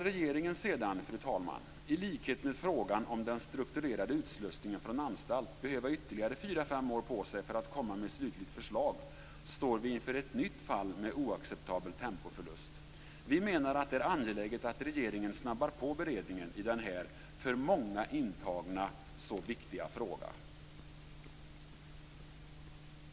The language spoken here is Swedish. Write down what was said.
Om regeringen sedan, i likhet med vad som gällde för frågan om den strukturerade utslussningen från anstalt, behöver ytterligare fyra fem år på sig för att komma med ett slutligt förslag står vi inför ett nytt fall av oacceptabel tempoförlust. Vi menar att det är angeläget att regeringen snabbar på beredningen i denna för många intagna så viktiga fråga.